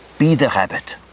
be the habit.